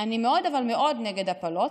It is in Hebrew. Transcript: "אני מאוד נגד הפלות.